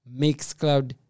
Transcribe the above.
Mixcloud